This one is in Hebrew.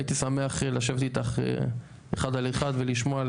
הייתי שמח לשבת איתך אחד על אחד ולשמוע,